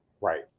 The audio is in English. Right